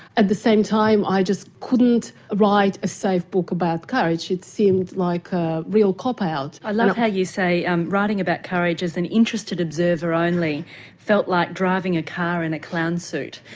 at the same time i just couldn't write a safe book about courage, it seemed like a real cop-out. i love how you say and writing about courage as an interested observer only felt like driving a car in a clown suit.